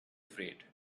afraid